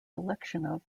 election